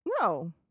No